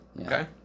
Okay